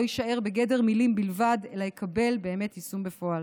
יישאר בגדר מילים בלבד אלא יקבל יישום בפועל.